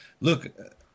Look